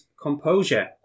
Composure